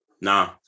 Nah